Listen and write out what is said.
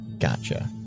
Gotcha